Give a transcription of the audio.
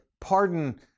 pardon